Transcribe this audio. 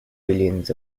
billions